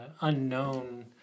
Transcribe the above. unknown